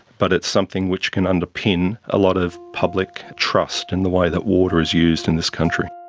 but it's something which can underpin a lot of public trust in the way that water is used in this country.